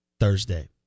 Thursday